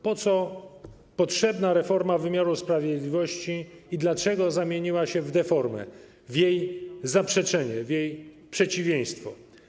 Po co potrzebna była reforma wymiaru sprawiedliwości i dlaczego zamieniła się w deformę, w jej zaprzeczenie, w jej przeciwieństwo?